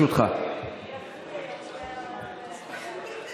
שבתמימותו גויס לצידם אם באופן פעיל ואם באי-נקיטת עמדה."